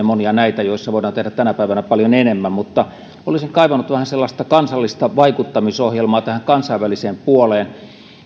monia näitä joissa voidaan tehdä tänä päivänä paljon enemmän mutta olisin kaivannut vähän sellaista kansallista vaikuttamisohjelmaa tähän kansainväliseen puoleen